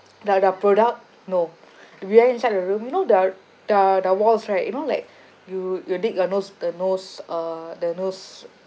their their product no we are inside the room you know the the the walls right you know like you you dig your nose the nose uh the nose